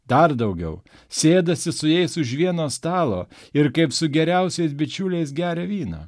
dar daugiau sėdasi su jais už vieno stalo ir kaip su geriausiais bičiuliais geria vyną